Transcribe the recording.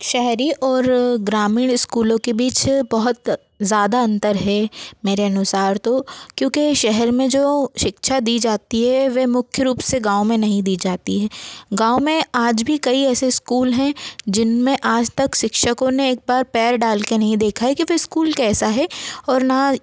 शहरी और ग्रामीण स्कूलों के बीच बहुत ज़्यादा अंतर है मेरे अनुसार तो क्योंकि शहर मे जो शिक्षा दी जाती है वे मुख्य रूप से गाँव में नहीं दी जाती है गाँव मे आज भी कई ऐसे इस्कूल हैं जिनमें आज तक शिक्षकों ने एक बार पैर डाल के नहीं देखा है की वे इस्कूल कैसा है और न